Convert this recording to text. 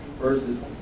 Verses